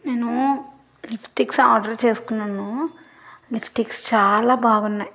నేనూ lipsticks order చేసుకున్నాను lipsticks చాలా బాగున్నాయి